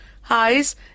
highs